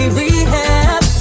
rehab